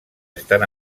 estan